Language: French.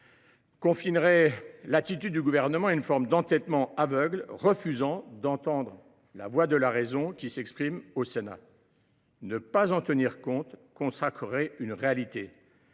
confinerait l’attitude du Gouvernement à une forme d’entêtement aveugle, puisqu’il refuserait d’entendre la voix de la raison s’exprimant au Sénat. Ne pas en tenir compte consacrerait une réalité,